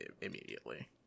immediately